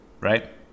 right